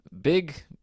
Big